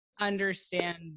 understand